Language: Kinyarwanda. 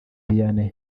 vianney